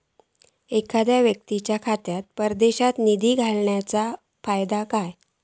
एखादो व्यक्तीच्या खात्यात परदेशात निधी घालन्याचो फायदो काय?